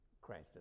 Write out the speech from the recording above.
Christ